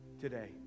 today